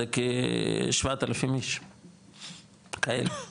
זה כ-7,000 איש כאלה,